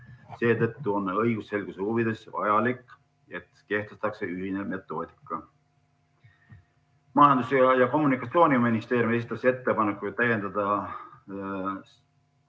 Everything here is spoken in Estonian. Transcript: seetõttu on õigusselguse huvides vajalik, et kehtestatakse ühtne metoodika. Majandus‑ ja Kommunikatsiooniministeerium esitas ettepaneku täiendada